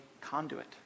conduit